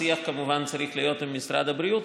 השיח כמובן צריך להיות עם משרד הבריאות,